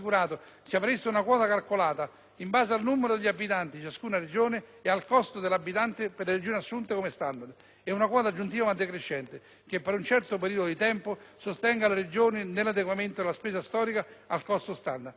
in base al numero degli abitanti di ciascuna Regione e al costo per abitante delle Regioni assunte come standard; e una quota aggiuntiva ma decrescente che per un certo periodo di tempo sostenga le Regioni nell'adeguamento dalla spesa storica al costo standard. Tutto questo per favorire e garantire un livello di